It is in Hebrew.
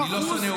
אני לא שונא.